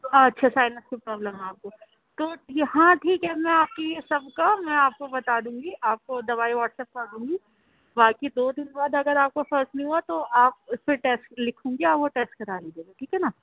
اچھا سائنس کی پرابلم ہے آپ کو تو ہاں ٹھیک ہے میں آپ کی سب کا میں آپ کو بتا دوں گی آپ کو دوائی واٹس ایپ کر دوں گی باقی دو دن بعد اگر آپ کو فرق نہیں ہوا تو آپ پھر ٹیسٹ لکھوں گی آپ وہ ٹیسٹ کرا لیجیے گا ٹھیک ہے نا